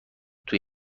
توی